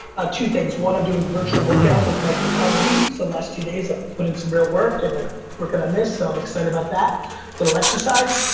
ah two things. one, i'm doing virtual workouts with mike visconti, so last two days i've put in some real work, and like working on this, so i'm excited about that. a little exercise,